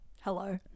hello